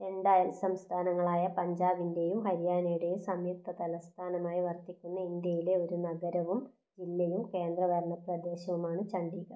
രണ്ട് അയൽ സംസ്ഥാനങ്ങളായ പഞ്ചാബിൻ്റെയും ഹരിയാനയുടെയും സംയുക്ത തലസ്ഥാനമായി വർത്തിക്കുന്ന ഇന്ത്യയിലെ ഒരു നഗരവും ജില്ലയും കേന്ദ്രഭരണ പ്രദേശവുമാണ് ചണ്ഡീഗഡ്